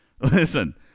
Listen